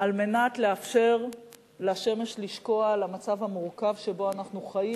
על מנת לאפשר לשמש לשקוע על המצב המורכב שבו אנחנו חיים,